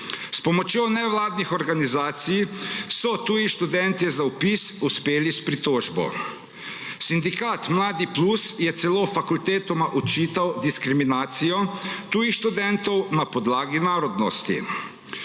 S pomočjo nevladnih organizacij so tuji študentje za vpis uspeli s pritožbo. Sindikat Mladi plus je celo fakultetama očital diskriminacijo tujih študentov na podlagi narodnosti.